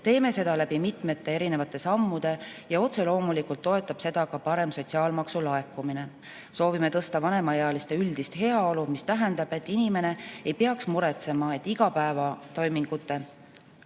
Teeme seda läbi mitmete erinevate sammude ja otse loomulikult toetab seda ka parem sotsiaalmaksu laekumine. Soovime tõsta vanemaealiste üldist heaolu, mis tähendab, et inimene ei peaks muretsema ei igapäevatoimingute